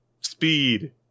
speed